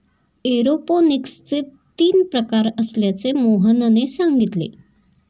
एरोपोनिक्सचे तीन प्रकार असल्याचे मोहनने सांगितले